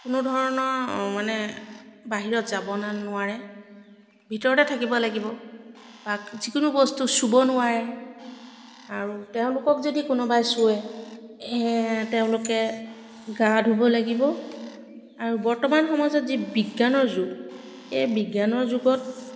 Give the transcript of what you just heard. কোনো ধৰণৰ মানে বাহিৰত যাব না নোৱাৰে ভিতৰতে থাকিব লাগিব বা যিকোনো বস্তু চুব নোৱাৰে আৰু তেওঁলোকক যদি কোনোবাই চোৱে তেওঁলোকে গা ধুব লাগিব আৰু বৰ্তমান সমাজত যি বিজ্ঞানৰ যুগ এই বিজ্ঞানৰ যুগত